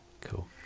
Cool